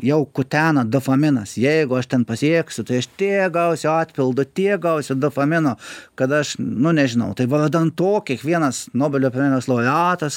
jau kutena dopaminas jeigu aš ten pasieksiu tai aš tiek gausiu atpildo tiek gausiu dopamino kad aš nu nežinau tai vardan to kiekvienas nobelio premijos laureatas